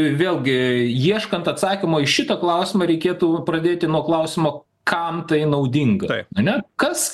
vėlgi ieškant atsakymo į šitą klausimą reikėtų pradėti nuo klausimo kam tai naudinga ar ne kas